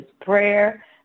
prayer